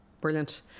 Brilliant